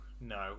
no